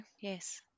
yes